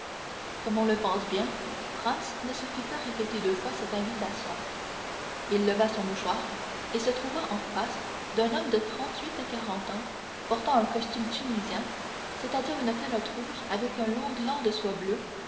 comme on le pense bien franz ne se fit pas répéter deux fois cette invitation il leva son mouchoir et se trouva en face d'un homme de trente-huit à quarante ans portant un costume tunisien c'est-à-dire une calotte rouge avec un long gland de soie bleue